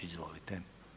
Izvolite.